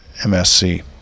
MSC